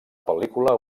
pel·lícula